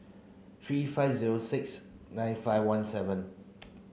three five zero six nine five one seven